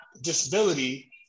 disability